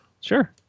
Sure